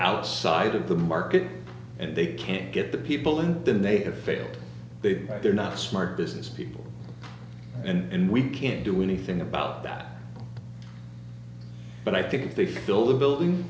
outside of the market and they can't get the people in then they have failed big they're not smart business people and we can't do anything about that but i think if they fill the building